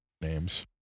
names